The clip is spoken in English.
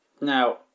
Now